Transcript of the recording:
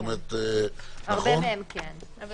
הרבה מהם כן.